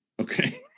Okay